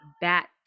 bat